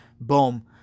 Boom